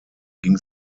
ging